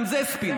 גם זה ספין.